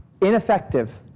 ineffective